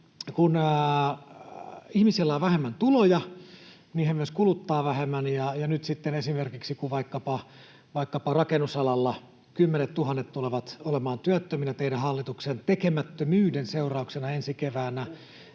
kun ihmisellä on vähemmän tuloja, niin hän myös kuluttaa vähemmän. Nyt esimerkiksi, kun vaikkapa rakennusalalla kymmenettuhannet tulevat olemaan työttöminä teidän hallituksenne tekemättömyyden seurauksena ensi keväänä,